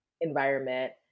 environment